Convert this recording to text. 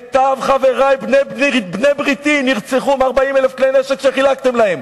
מיטב חברי בני בריתי נרצחו מ-40,000 כלי נשק שחילקתם להם,